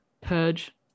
purge